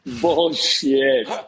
Bullshit